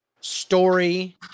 story